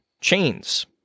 chains